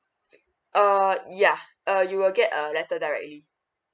err yeah err you will get a letter directly